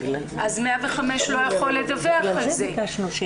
אז 105 לא יכול לדווח עליהם.